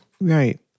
right